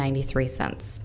ninety three cents